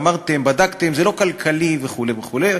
אמרתם, בדקתם, זה לא כלכלי, וכו' וכו'.